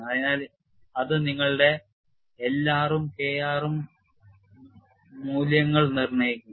അതിനാൽ അത് നിങ്ങളുടെ L r ഉം K r ഉം മൂല്യങ്ങൾ നിർണ്ണയിക്കും